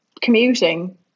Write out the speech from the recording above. commuting